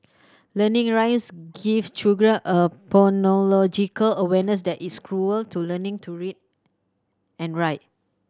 learning rise give children a phonological awareness that is cruel to learning to read and write